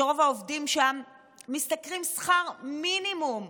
שרוב העובדים שם משתכרים שכר מינימום,